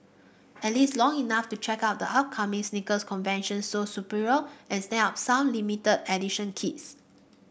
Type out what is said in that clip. at least long enough to check out the upcoming sneaker convention Sole Superior and snap up some limited edition kicks